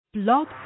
Blog